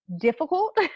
difficult